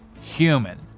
human